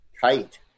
kite